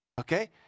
okay